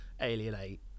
alienate